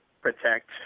protect